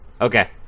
Okay